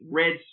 red